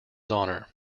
honour